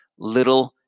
little